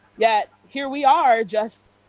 yet, here we are, just,